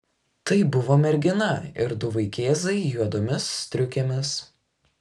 tai buvo mergina ir du vaikėzai juodomis striukėmis